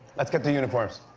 let's get the uniforms.